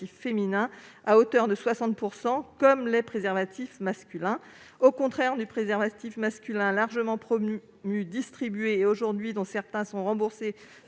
féminins à hauteur de 60 %, comme les préservatifs masculins. Au contraire du préservatif masculin, largement promu et distribué, dont certains modèles sont remboursés